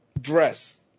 dress